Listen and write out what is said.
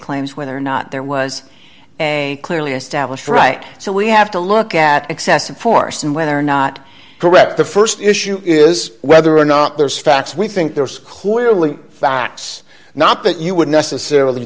claims whether or not there was a clearly established right so we have to look at excessive force and whether or not correct the st issue is whether or not there's facts we think there's clearly facts not that you would necessarily